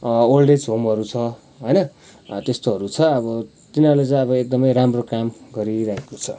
old age होमहरू छ होइन त्यस्तोहरू छ अब तिनीहरूले चाहिँ अब एकदमै राम्रो काम गरिरहेको छ